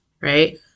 right